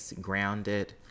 grounded